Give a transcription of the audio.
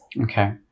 Okay